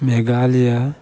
Meghalaya